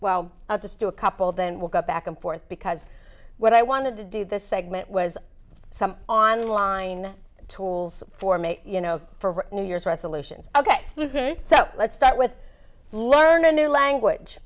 well i'll just do a couple then we'll go back and forth because what i wanted to do this segment was some online tools for me for new year's resolutions ok so let's start with learn a new language